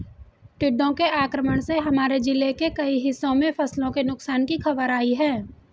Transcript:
टिड्डों के आक्रमण से हमारे जिले के कई हिस्सों में फसलों के नुकसान की खबर आई है